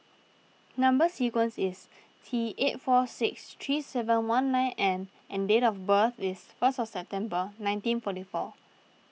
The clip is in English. Number Sequence is T eight four six three seven one nine N and date of birth is first of December nineteen forty four